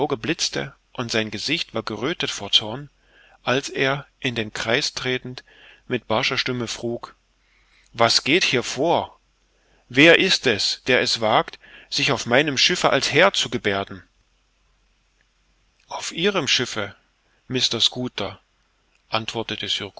blitzte und sein gesicht war geröthet vor zorn als er in den kreis tretend mit barscher stimme frug was geht hier vor wer ist es der es wagt sich auf meinem schiffe als herr zu geberden auf ihrem schiffe mr schooter antwortete